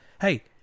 Hey